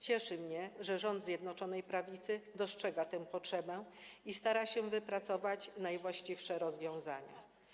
Cieszy mnie, że rząd Zjednoczonej Prawicy dostrzega tę potrzebę i stara się wypracować najwłaściwsze rozwiązania.